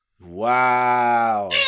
Wow